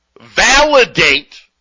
validate